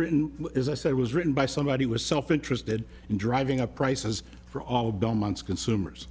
written as i said it was written by somebody was self interested in driving up prices for all belmont's consumers